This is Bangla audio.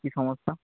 কী সমস্যা